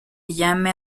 llame